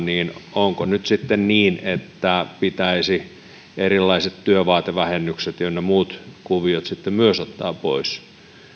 niin onko nyt sitten niin että pitäisi erilaiset työvaatevähennykset ynnä muut kuviot sitten myös ottaa pois